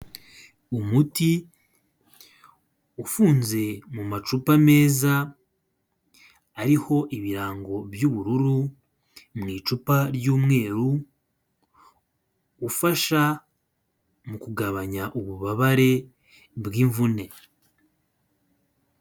Umuti ufunze mu macupa meza ariho ibirango by'ubururu mu icupa ry'umweru ufasha mu kugabanya ububabare bw'imvune.